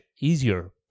easier